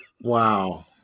Wow